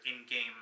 in-game